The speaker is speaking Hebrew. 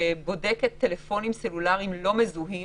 שבודקת טלפונים סלולריים לא מזוהים.